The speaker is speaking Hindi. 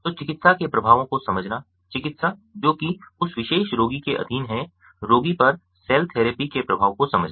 तो चिकित्सा के प्रभावों को समझना चिकित्सा जो कि उस विशेष रोगी के अधीन है रोगी पर सेल थेरेपी के प्रभाव को समझना